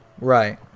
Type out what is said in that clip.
Right